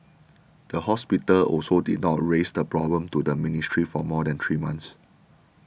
the hospital also did not raise the problem to the ministry for more than three months